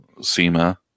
SEMA